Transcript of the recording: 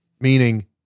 meaning